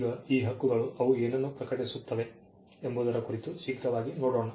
ಈಗ ಈ ಹಕ್ಕುಗಳು ಅವು ಏನನ್ನು ಪ್ರಕಟಿಸುತ್ತವೆ ಎಂಬುದರ ಕುರಿತು ಶೀಘ್ರವಾಗಿ ನೋಡೋಣ